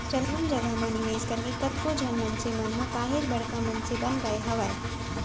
जमीन जघा म निवेस करके कतको झन मनसे मन ह काहेच बड़का मनसे बन गय हावय